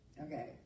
Okay